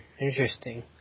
interesting